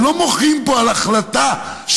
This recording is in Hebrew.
הרי לא מוחים פה על החלטה שלו,